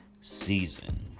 season